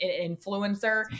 influencer